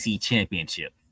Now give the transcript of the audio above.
championship